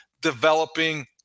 developing